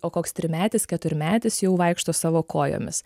o koks trimetis keturmetis jau vaikšto savo kojomis